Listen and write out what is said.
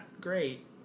great